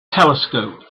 telescope